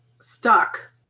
Stuck